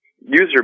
user